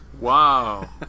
Wow